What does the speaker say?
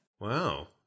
Wow